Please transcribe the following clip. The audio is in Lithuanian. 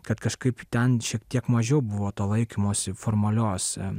kad kažkaip ten šiek tiek mažiau buvo to laikymosi formalios